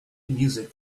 music